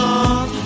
on